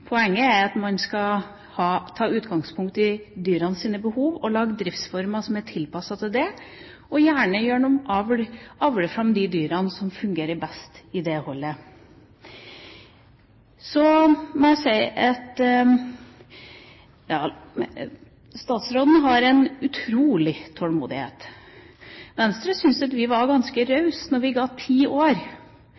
Poenget er at man skal ta utgangspunkt i dyrenes behov og lage driftsformer som er tilpasset det, og gjerne gjennom avl avle fram de dyrene som fungerer best i det holdet. Så må jeg si at statsråden har en utrolig tålmodighet. Vi i Venstre syns at vi var ganske